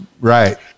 Right